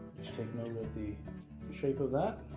just take note of the shape of that.